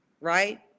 right